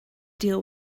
deal